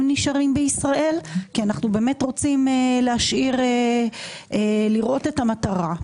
נשארים בישראל כי אנחנו באמת רוצים לראות את המטרה.